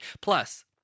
Plus